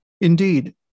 Indeed